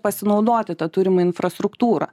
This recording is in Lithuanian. pasinaudoti ta turima infrastruktūra